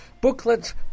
booklets